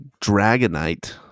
Dragonite